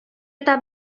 eta